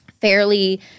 fairly